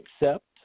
accept